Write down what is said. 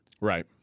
Right